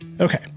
Okay